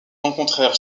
rencontrent